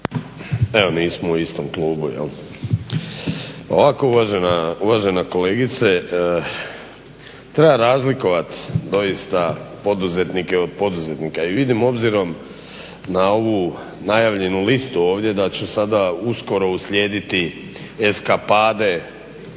Evo nismo u istom klubu. Ovako uvažena kolegice, treba razlikovati doista poduzetnike od poduzetnika. I vidim obzirom na ovu najavljenu listu ovdje da će sada uskoro uslijediti eskapade